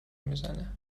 میزنه